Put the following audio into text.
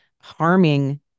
harming